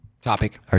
Topic